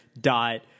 Dot